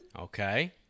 Okay